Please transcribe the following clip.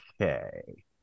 Okay